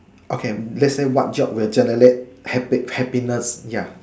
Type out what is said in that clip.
okay let's say what job will generate happy happiest ya